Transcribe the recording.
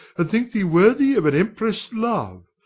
and think thee worthy of an empress' love.